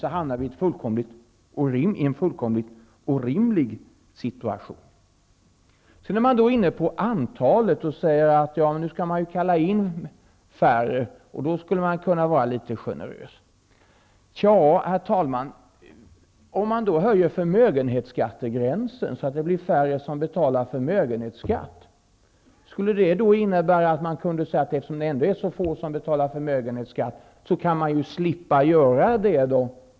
Då skulle vi hamna i en fullkomligt orimlig situation. Sedan var man inne på antalet och sade att nu skall vi ju kalla in färre och att vi då skulle kunna vara litet generösa. Men, herr talman, om vi höjer förmögenhetsskattegränsen så att färre betalar förmögenhetsskatt, skulle det innebära att man kunde säga: eftersom det ändå är så få som betalar förmögenhetsskatt, kan jag ju slippa göra det?